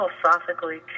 philosophically